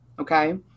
Okay